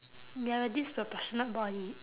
your disproportionate body